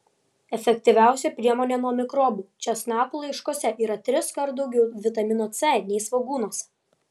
efektyviausia priemonė nuo mikrobų česnakų laiškuose yra triskart daugiau vitamino c nei svogūnuose